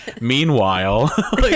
Meanwhile